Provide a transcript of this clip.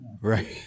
Right